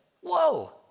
whoa